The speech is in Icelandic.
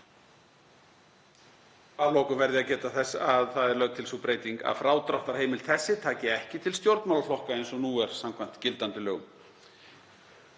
lokum verð ég að geta þess að lögð er til sú breyting að frádráttarheimild þessi taki ekki til stjórnmálaflokka eins og er samkvæmt gildandi lögum.